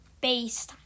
base